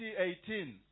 2018